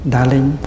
Darling